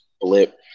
blip